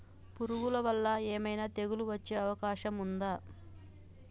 పురుగుల వల్ల ఏమైనా తెగులు వచ్చే అవకాశం ఉందా?